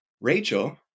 Rachel